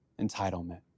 entitlement